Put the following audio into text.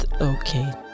okay